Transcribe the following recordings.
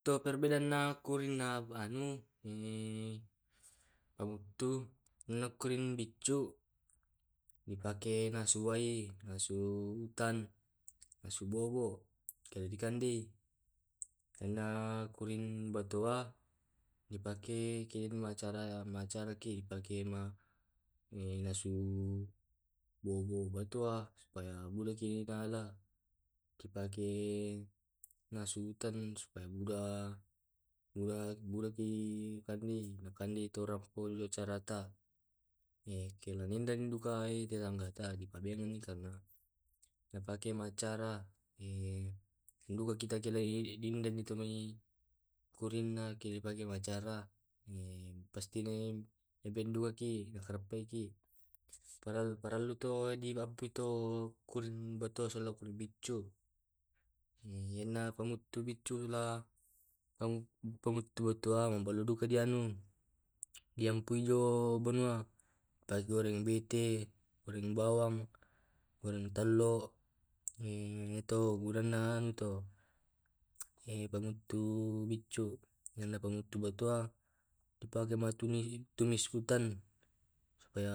Itu perbedaanna kurinna anu pammuttu na kuring biccu, di pake nasu wae pake nasu utan, nasu bobo, laludi kandei karena kuring batoa dipake ki maaca maacaraki di pake maacara nasu bobo batua supaya mudaki nagala. Dipake nasu ten supaya muda muda mudaki kande kande po yo acarata. Kila ninden dukae tetanggata karena napake maacara duka kita kilae nek ninden ditumai kurinna ke dipake maacara pastimi dukaki nadeppeki parel parellu to to kuring batoa kuring tubiccu iyana pammuttu biccu la pammuttu batuang pale nduga diampu jo tagoreng bete, goreng bawang, goreng telo. iya to gunanna to pammuttu biccu. Naiya pammuttu batua dipake ma tumis tumis suten supaya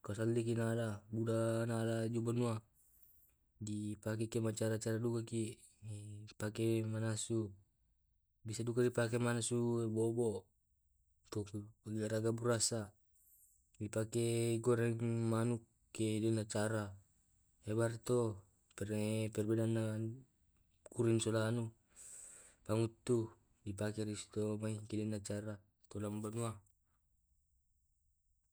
kasalliki nala mudah nala jo banua. Dipakeki maacara acara dukaki dipake manasu bisa juga dipake manasu bobo, ato igaraga burasa, dipake goreng manuk ke dinacara. Ibara to perbedaana kuring sola pammuttu dipake to mai singinna acara banua.